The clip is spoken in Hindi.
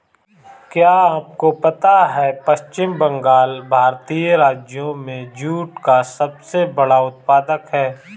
क्या आपको पता है पश्चिम बंगाल भारतीय राज्यों में जूट का सबसे बड़ा उत्पादक है?